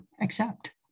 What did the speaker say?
accept